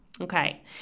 okay